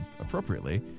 appropriately